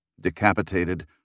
Decapitated